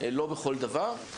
לא בכל דבר,